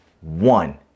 one